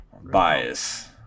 Bias